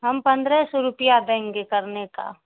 ہم پندرہ سو روپیہ دیں گے کرنے کا